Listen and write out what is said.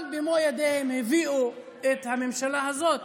אבל במו ידיהם הם הביאו את הממשלה הזאת.